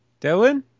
Dylan